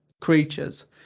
creatures